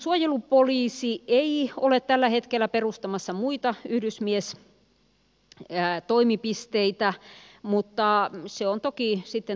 suojelupoliisi ei ole tällä hetkellä perustamassa muita yhdysmiestoimipisteitä mutta se on toki sitten tulevaisuuden asia